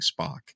Spock